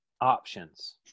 options